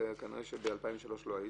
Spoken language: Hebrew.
כנראה שב-2003 לא היית,